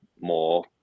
more